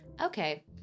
Okay